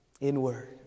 inward